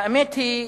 האמת היא,